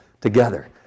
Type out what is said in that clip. together